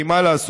כי מה לעשות,